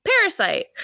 parasite